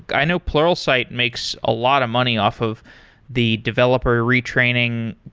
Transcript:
i know pluralsight makes a lot of money off of the developer retraining,